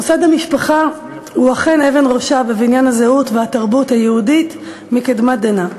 מוסד המשפחה הוא אכן אבן ראשה בבניין הזהות והתרבות היהודית מקדמת דנא,